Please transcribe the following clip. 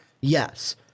Yes